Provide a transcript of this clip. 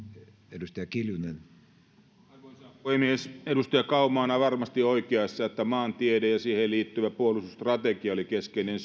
arvoisa puhemies edustaja kauma on varmasti oikeassa että maantiede ja siihen liittyvä puolustusstrategia oli keskeinen